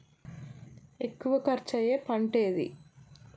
ఎక్కువ ఖర్చు అయ్యే పంటేది?